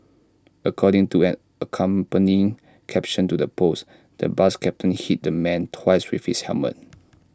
according to an accompanying caption to the post the bus captain hit the man twice with his helmet